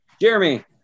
Jeremy